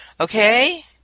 Okay